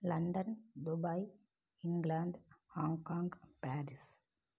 London Dubai England Hong Kong Paris